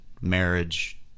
marriage